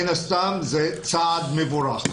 מן הסתם זה צעד מבורך.